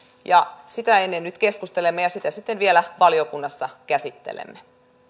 ja sitä ennen nyt keskustelemme ja sitä sitten vielä valiokunnassa käsittelemme